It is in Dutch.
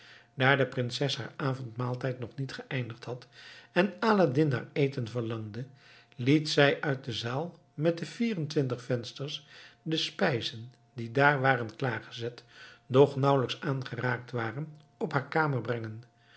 daar de prinses haar avondmaaltijd nog niet beëindigd had en aladdin naar eten verlangde liet zij uit de zaal met de vier en twintig vensters de spijzen die daar waren klaargezet doch nauwelijks aangeraakt waren op haar kamer brengen